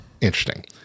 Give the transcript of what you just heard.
interesting